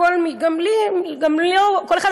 לא לכל אחד,